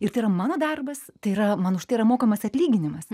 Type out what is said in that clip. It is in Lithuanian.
ir tai yra mano darbas tai yra man už tai yra mokamas atlyginimas